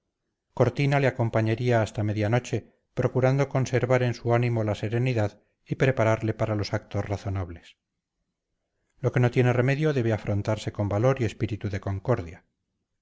cortina le acompañaría hasta media noche procurando conservar en su ánimo la serenidad y prepararle para los actos razonables lo que no tiene remedio debe afrontarse con valor y espíritu de concordia